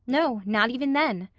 no, not even then.